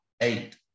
Eight